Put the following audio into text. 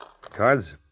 Cards